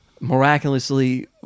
miraculously